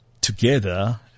together